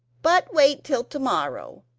but wait till to-morrow.